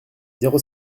zéro